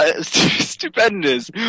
Stupendous